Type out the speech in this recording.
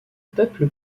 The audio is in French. peuple